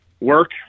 Work